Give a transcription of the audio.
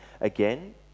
again